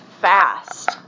fast